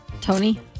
Tony